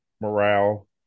morale